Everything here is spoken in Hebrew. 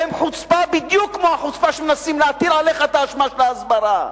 והם חוצפה בדיוק כמו החוצפה כשמנסים להטיל עליך את האשמה של ההסברה.